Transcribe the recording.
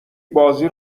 بازی